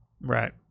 Right